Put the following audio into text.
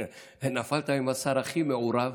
נפלת על השר הכי מעורב